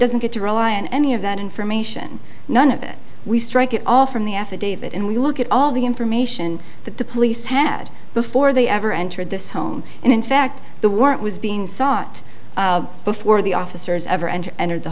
doesn't get to rely on any of that information none of it we strike it all from the affidavit and we look at all the information that the police had before they ever entered this home and in fact the word was being sought before the officers ever entered entered the